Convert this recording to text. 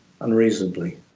unreasonably